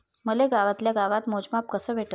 मले गावातल्या गावात मोजमाप कस भेटन?